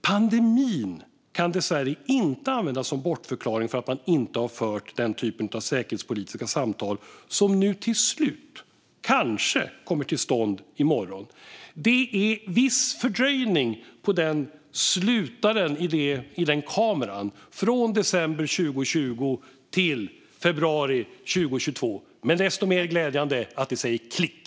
Pandemin kan dessvärre inte användas som bortförklaring för att man inte har fört den typ av säkerhetspolitiska samtal som nu till slut kanske kommer till stånd i morgon. Det är viss fördröjning på slutaren i den kameran, från december 2020 till februari 2022 - men desto mer glädjande att det nu säger klick.